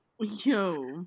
Yo